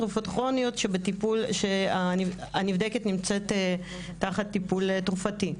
תרופות כרוניות שהנבדקת נמצאת תחת טיפול תרופתי.